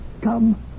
come